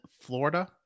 Florida